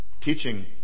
teaching